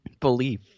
belief